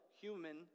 human